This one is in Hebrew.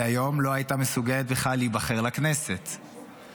והיום היא לא הייתה מסוגלת להיבחר לכנסת בכלל.